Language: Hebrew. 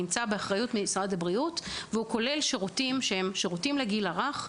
הרפואי המונע נמצא באחריות משרד הבריאות והוא כולל שירותים לגיל הרך,